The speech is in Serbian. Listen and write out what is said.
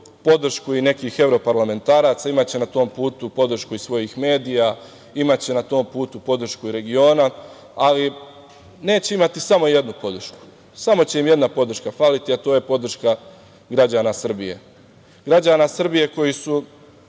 podršku i nekih evroparlamentaraca, imaće na tom putu podršku i svojih medija, imaće na tom putu podršku i regiona, ali neće imati samo jednu podršku, samo će im jedna podrška hvaliti, a to je podrška građana Srbije. Građana Srbije koji su